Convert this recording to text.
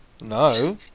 No